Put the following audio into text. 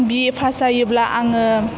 बि ए फास जायोब्ला आङो